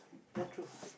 ya truth